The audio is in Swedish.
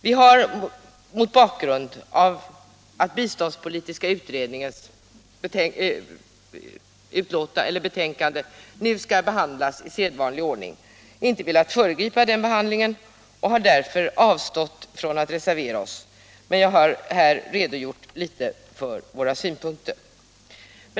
Vi har inte velat föregripa behandlingen i sedvanlig ordning av biståndsutredningens betänkande och har därför avstått från att reservera oss, men jag har här redogjort för våra synpunkter.